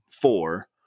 four